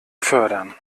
fördern